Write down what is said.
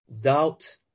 Doubt